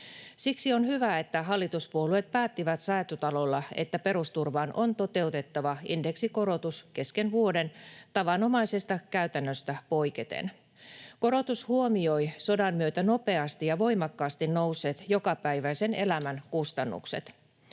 Siksi on hyvä, että hallituspuolueet päättivät Säätytalolla, että perusturvaan on toteutettava indeksikorotus kesken vuoden, tavanomaisesta käytännöstä poiketen. Korotus huomioi sodan myötä nopeasti ja voimakkaasti nousseet jokapäiväisen elämän kustannukset.